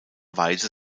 weise